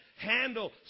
handle